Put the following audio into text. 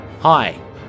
Hi